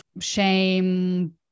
shame